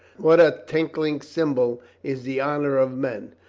what a tinkling cymbal is the honor of men.